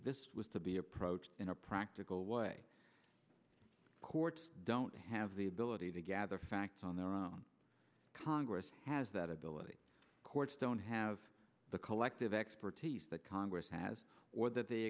this was to be approached in a practical way courts don't have the ability to gather facts on their own congress has that ability courts don't have the collective expertise that congress has or that the